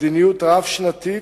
כמדיניות רב-שנתית.